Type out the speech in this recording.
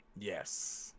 yes